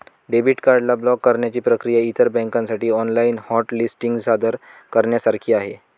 debit card ला block करण्याची प्रक्रिया इतर बँकांसाठी ऑनलाइन हॉट लिस्टिंग सादर करण्यासारखी आहे